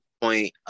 point